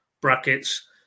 brackets